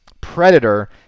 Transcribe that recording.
Predator